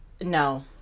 No